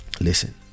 listen